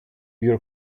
your